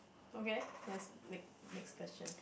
okay let's next next questions